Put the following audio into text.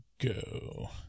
go